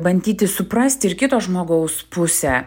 bandyti suprasti ir kito žmogaus pusę